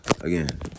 again